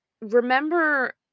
remember